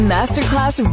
Masterclass